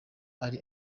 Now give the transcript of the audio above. ari